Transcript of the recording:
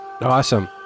awesome